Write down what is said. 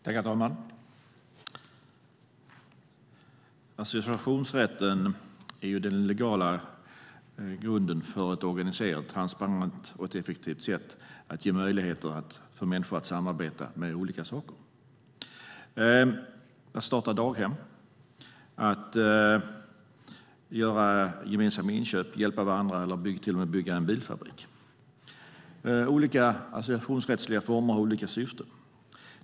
Herr talman! Associationsrätten är den legala grunden för ett organiserat, transparent och effektivt sätt att ge möjlighet för människor att samarbeta om olika saker: starta daghem, göra gemensamma inköp, hjälpa varandra eller till och med bygga en bilfabrik. Olika associationsrättsliga former har olika syften.